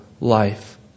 life